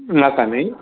नाका न्ही